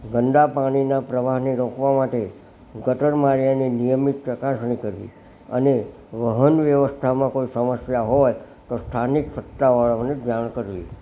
ગંદા પાણીના પ્રવાહને રોકવા માટે ગટરમાં જઈને નિયમિત ચકાસણી કરવી અને વાહન વ્યવસ્થામાં કોઈ સમસ્યા હોય તો સ્થાનિક સત્તાવાળાઓને જાણ કરવી